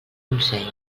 consell